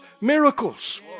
miracles